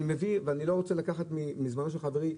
אני לא רוצה לקחת מזמנו של חברי.